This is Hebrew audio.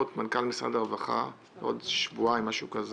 על ידי מנכ"ל משרד הרווחה בעוד שבועיים בערך.